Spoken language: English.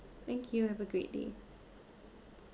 thank you have a great day